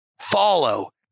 follow